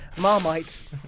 Marmite